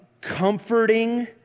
comforting